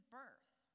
birth